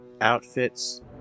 outfits